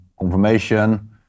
confirmation